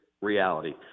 reality